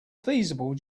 feasible